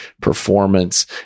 performance